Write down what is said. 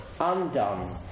undone